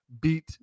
beat